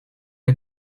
est